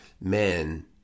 men